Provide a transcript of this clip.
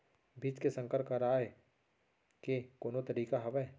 बीज के संकर कराय के कोनो तरीका हावय?